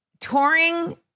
touring